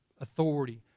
authority